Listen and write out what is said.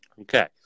Okay